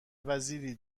وزیری